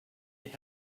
need